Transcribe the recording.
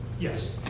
yes